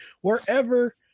wherever